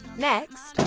next,